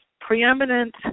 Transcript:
preeminent